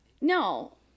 No